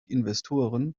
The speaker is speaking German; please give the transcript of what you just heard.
investoren